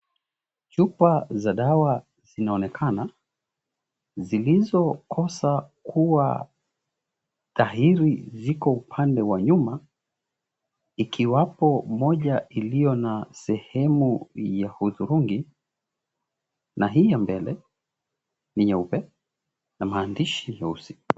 Chupa za dawa zinaonekana. Zilizokosa kuwa dhahiri ziko upande wa nyuma, ikiwapo moja iliyo na sehemu ya hudhurungi, na hii ya mbele ni nyeupe na maandishi meusi.